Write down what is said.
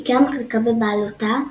איקאה מחזיקה בבעלותה